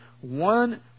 One